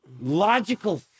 logical